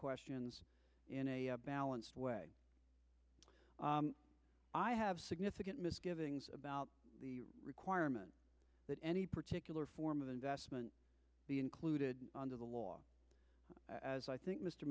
questions in a balanced way i have significant misgivings about the requirement that any particular form of investment the included under the law as i think mr